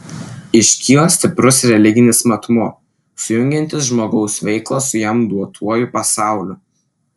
iškyla stiprus religinis matmuo sujungiantis žmogaus veiklą su jam duotuoju pasauliu